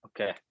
okay